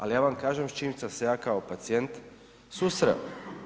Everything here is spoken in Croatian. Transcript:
Ali ja vam kažem s čime sam se ja kao pacijent susreo.